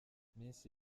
minsi